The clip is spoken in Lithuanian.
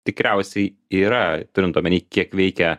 tikriausiai yra turint omeny kiek veikia